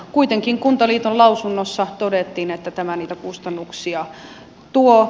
kuitenkin kuntaliiton lausunnossa todettiin että tämä niitä kustannuksia tuo